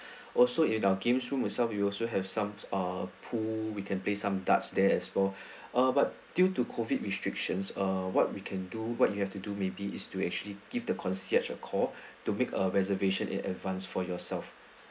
also in our games room itself you also have some uh pool we can play some darts there as well ah but due to COVID restrictions err what we can do what you have to do maybe is to actually give the concierge a call to make a reservation in advance for yourself